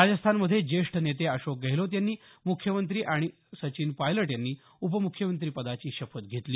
राजस्थानमध्ये जेष्ठ नेते अशोक गेहलोत यांनी मुख्यमंत्री आणि सचिन पायलट यांनी उपमुख्यमंत्री पदाची शपथ घेतली